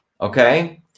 okay